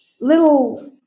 little